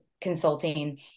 consulting